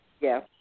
Yes